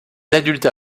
adultes